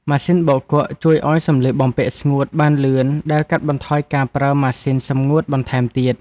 ម៉ាស៊ីនបោកគក់ជួយឱ្យសម្លៀកបំពាក់ស្ងួតបានលឿនដែលកាត់បន្ថយការប្រើម៉ាស៊ីនសម្ងួតបន្ថែមទៀត។